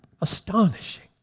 Astonishing